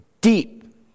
deep